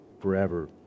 forever